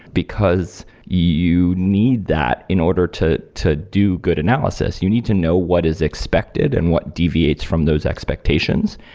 because you need that in order to to do good analysis. you need to know what is expected and what deviates from those expectations,